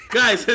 guys